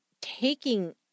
taking